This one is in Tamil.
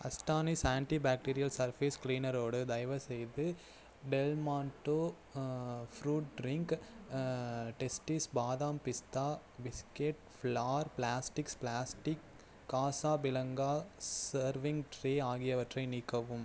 அஸ்டானிஷ் ஆன்ட்டிபேக்டீரியல் சர்ஃபேஸ் கிளினரோடு தயவுசெய்து Del Monte fruit drink Tasties badam pista biscuit Flair plastics plastic Casablanca serving tray ஆகியவற்றை நீக்கவும்